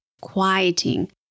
quieting